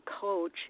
coach